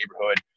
neighborhood